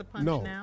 No